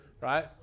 right